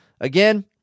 Again